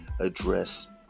address